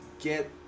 get